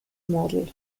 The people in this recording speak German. model